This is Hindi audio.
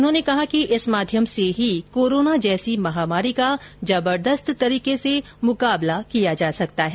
उन्होंने कहा कि इस माध्यम से ही कोरोना जैसी महामारी का जबरदस्त तरीके से मुकाबला किया जा सकता है